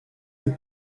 que